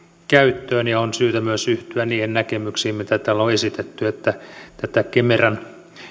käyttöön ja on syytä myös yhtyä niihin näkemyksiin mitä täällä on esitetty että tätä kemera